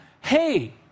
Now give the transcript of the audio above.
hey